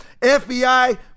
FBI